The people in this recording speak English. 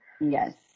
Yes